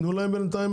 בינתיים